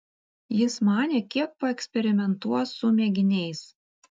jis manė kiek paeksperimentuos su mėginiais